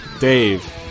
Dave